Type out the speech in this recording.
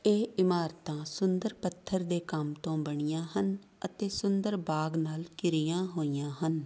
ਇਹ ਇਮਾਰਤਾਂ ਸੁੰਦਰ ਪੱਥਰ ਦੇ ਕੰਮ ਤੋਂ ਬਣੀਆਂ ਹਨ ਅਤੇ ਸੁੰਦਰ ਬਾਗ਼ ਨਾਲ ਘਿਰੀਆਂ ਹੋਈਆਂ ਹਨ